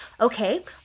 Okay